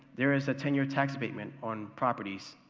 there is a ten-year tax abatement on properties,